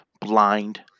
blind